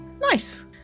Nice